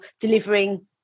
delivering